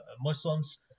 muslims